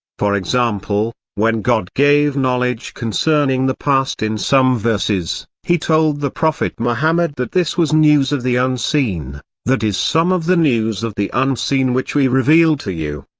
for example, when god gave knowledge concerning the past in some verses, he told the prophet muhammad that this was news of the unseen that is some of the news of the unseen which we reveal to you.